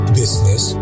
business